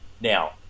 Now